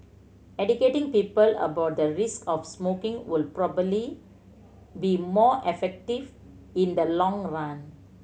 educating people about the risk of smoking would probably be more effective in the long run